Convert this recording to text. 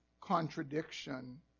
contradiction